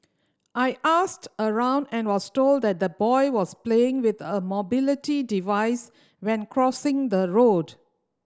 I asked around and was told that the boy was playing with a mobility device when crossing the road